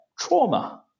trauma